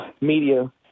media